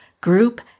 group